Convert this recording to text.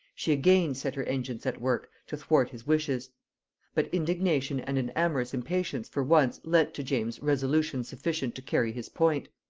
she again set her engines at work to thwart his wishes but indignation and an amorous impatience for once lent to james resolution sufficient to carry his point.